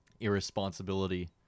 irresponsibility